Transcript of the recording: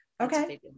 Okay